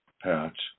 patch